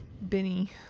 benny